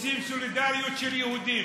רוצים סולידריות של יהודים.